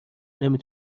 نمی